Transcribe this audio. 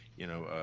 you know,